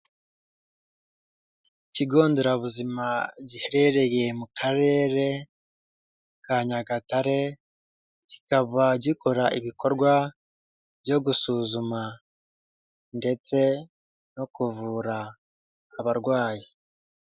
Ikigo nderabuzima giherereye mu karere ka Nyagatare, kikaba gikora ibikorwa byo gusuzuma ndetse no kuvura abarwayi.